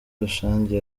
rusange